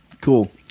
Cool